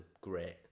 great